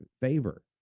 favor